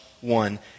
one